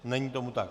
Není tomu tak.